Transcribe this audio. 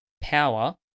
power